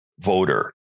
voter